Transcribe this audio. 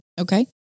Okay